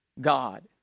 God